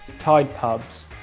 tied pubs,